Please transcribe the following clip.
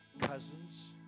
cousins